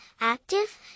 active